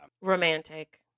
Romantic